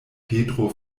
petro